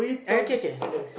uh okay okay